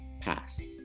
pass